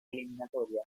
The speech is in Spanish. eliminatoria